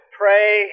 pray